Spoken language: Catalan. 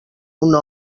una